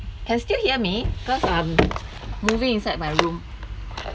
can still hear me cause I'm moving inside my room